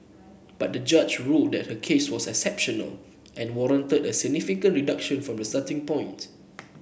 but the judge ruled that her case was exceptional and warranted a significant reduction from the starting point